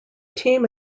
team